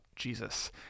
Jesus